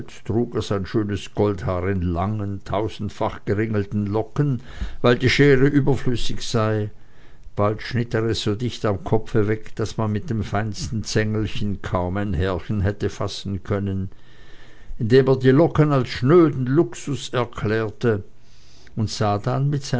trug er sein schönes goldhaar in langen tausendfach geringelten locken weil die schere überflüssig sei bald schnitt er es so dicht am kopfe weg daß man mit dem feinsten zängelchen kaum ein härchen hätte fassen können indem er die locken als schnöden luxus erklärte und er sah dann